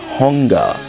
hunger